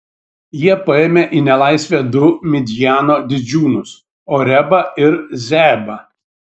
jie paėmė į nelaisvę du midjano didžiūnus orebą ir zeebą